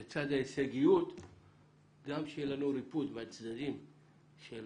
לצד ההישגיות גם שיהיה לנו ריפוד מהצדדים של